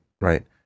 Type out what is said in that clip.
right